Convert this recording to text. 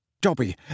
Dobby